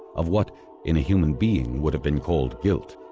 of what in a human being would have been called guilt.